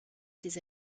ses